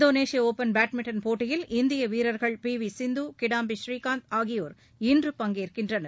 இந்தோனேஷியவுபன் badminton போட்டியில் இந்தியவீரர்கள் பிவிசிந்து கிடாம்பி ஸ்ரீகாந்த் ஆகியோர் இன்று பங்கேற்கின்றனர்